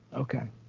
okay.